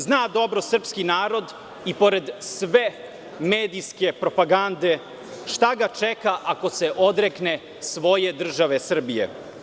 Zna dobro srpski narod i pored sve medijske propagande šta ga čeka ako se odrekne svoje države Srbije.